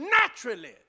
naturally